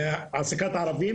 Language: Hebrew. העסקת ערבים.